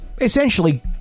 essentially